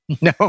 No